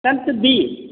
tenth B